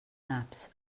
naps